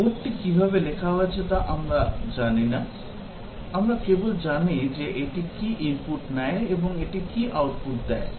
কোডটি কীভাবে লেখা হয়েছে তা আমরা জানি না আমরা কেবল জানি যে এটি কী ইনপুট নেয় এবং এটি কী আউটপুট দেয়